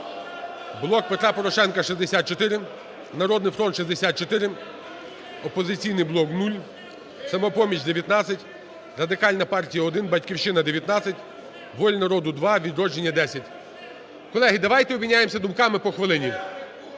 "Блок Петра Порошенка" – 64, "Народний фронт" – 64, "Опозиційний блок" – 0, "Самопоміч" – 19, Радикальна партія – 1, "Батьківщина" – 19, "Воля народу" – 2, "Відродження" – 10. Колеги, давайте обміняємося думками по хвилині.